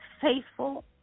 faithful